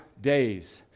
days